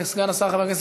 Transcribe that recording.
הצעת החוק